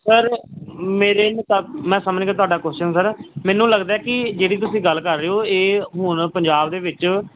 sir ਮੇਰੇ ਮੁਤਾਬਿਕ ਮੈਂ ਸਮਝ ਗਿਆ ਤੁਹਾਡਾ ਕੁਸਚਨ ਸਰ ਮੈਨੂੰ ਲੱਗਦਾ ਕਿ ਜਿਹੜੀ ਤੁਸੀਂ ਗੱਲ ਕਰ ਰਹੇ ਹੋ ਇਹ ਹੁਣ ਪੰਜਾਬ ਦੇ ਵਿੱਚ